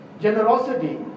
Generosity